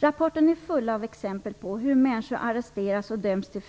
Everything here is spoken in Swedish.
Rapporten är full av exempel på hur människor arresteras och döms till